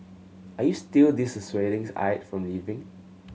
are you still dissuadings Aide from leaving